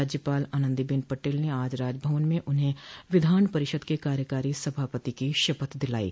राज्यपाल आनन्दी बेन पटेल ने आज राजभवन में उन्हें विधान परिषद के कार्यकारी सभापित की शपथ दिलायी